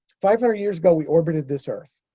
five hundred years ago, we orbited this earth.